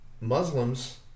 Muslims